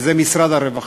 וזה משרד הרווחה.